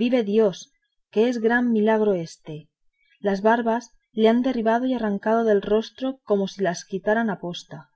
vive dios que es gran milagro éste las barbas le ha derribado y arrancado del rostro como si las quitaran aposta